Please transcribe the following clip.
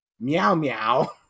meow-meow